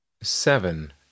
seven